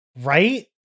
right